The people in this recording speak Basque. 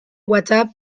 whatsapp